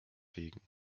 wegen